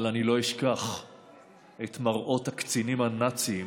אבל אני לא אשכח את מראות הקצינים הנאצים,